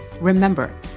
Remember